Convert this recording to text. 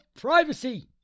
privacy